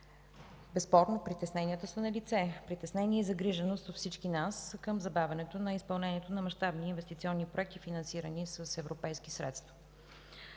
безспорно притесненията са налице – притеснения и загриженост от всички нас към забавянето на изпълнението на мащабни инвестиционни проекти, финансирани с европейски средства.